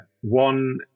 One